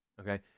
Okay